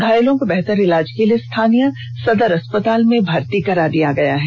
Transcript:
घायलों को बेहतर इलाज के लिए स्थानीय अस्पताल में भर्ती कराया गया है